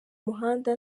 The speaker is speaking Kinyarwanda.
muhanda